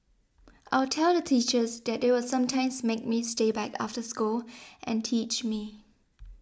I'll tell the teachers that they will sometimes make me stay back after school and teach me